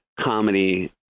comedy